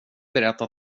berättar